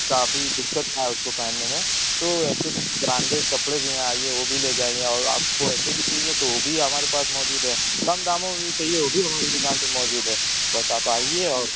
کافی دقت نہ آئے اس کو پہننے میں تو ایسے برانڈیڈ کپڑے بھی ہیں آئیے وہ بھی لے جائیے اور آپ کو ایسے بھی چاہیے تو وہ بھی ہمارے پاس موجود ہے کم داموں میں بھی چاہیے وہ بھی ہماری دکان پہ موجود ہے بس آپ آئیے اور